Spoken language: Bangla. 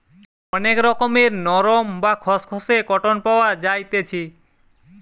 অনেক রকমের নরম, বা খসখসে কটন পাওয়া যাইতেছি